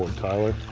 tyler.